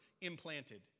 implanted